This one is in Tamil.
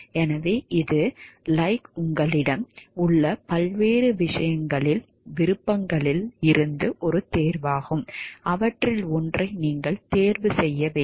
எனவே இது லைக் உங்களிடம் உள்ள பல்வேறு விருப்பங்களில் இருந்து ஒரு தேர்வாகும் அவற்றில் ஒன்றை நீங்கள் தேர்வு செய்ய வேண்டும்